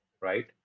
right